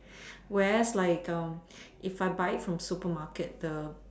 whereas like if I buy from supermarket the